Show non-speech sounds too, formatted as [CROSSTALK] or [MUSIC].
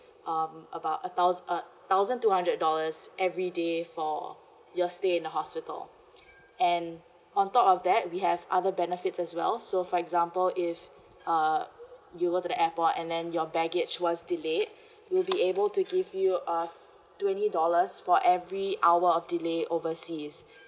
um about a thou~ uh thousand two hundred dollars every day for your stay in the hospital [BREATH] and on top of that we have other benefits as well so for example if uh you go to the airport and then your baggage was delayed [BREATH] we'll be able to give you a twenty dollars for every hour of delay overseas